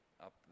up